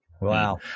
Wow